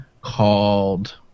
called